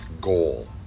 goal